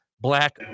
black